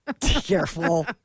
Careful